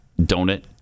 donut